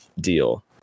deal